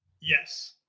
Yes